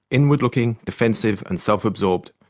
inward-looking, defensive and self-absorbed.